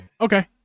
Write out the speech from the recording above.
Okay